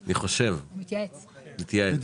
אני חושב שזה